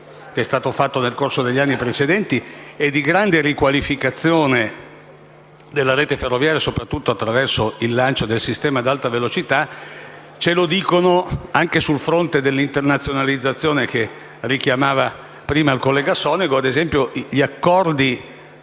al lavoro, fatto nel corso degli anni precedenti, di risanamento e di grande riqualificazione della rete ferroviaria, soprattutto attraverso il lancio del sistema ad alta velocità, ce lo dicono, anche sul fronte della internazionalizzazione che richiamava prima il collega Casson, gli accordi